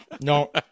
No